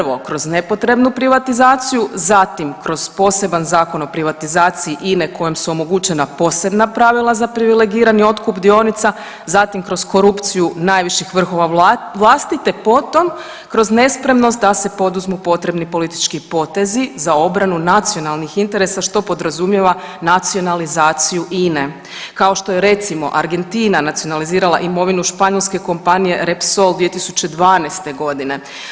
Prvo kroz nepotrebnu privatizaciju, zatim kroz poseban Zakon o privatizaciji INE kojom su omogućena posebna pravila za privilegirani otkup dionica, zatim kroz korupciju najviših vrhova vlasti te potom kroz nespremnost da se poduzmu potrebni politički potezi za obranu nacionalnih interesa što podrazumijeva nacionalizaciju INE kao što je recimo Argentina nacionalizirala imovinu španjolske kompanije Repsol 2012. godine.